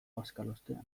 bazkalostean